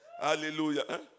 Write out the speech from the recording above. Hallelujah